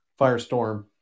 Firestorm